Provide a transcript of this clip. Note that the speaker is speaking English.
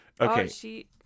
Okay